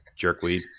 Jerkweed